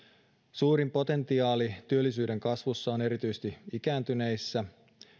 suurin potentiaali työllisyyden kasvussa on erityisesti ikääntyneissä